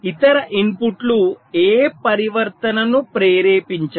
ఇతర ఇన్పుట్లు ఏ పరివర్తనను ప్రేరేపించవు